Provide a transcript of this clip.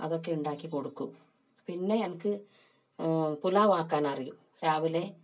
അതൊക്കെ ഉണ്ടാക്കി കൊടുക്കും പിന്നെ എനിക്ക് പുലാവാക്കാൻ അറിയും രാവിലെ